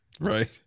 Right